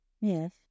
Yes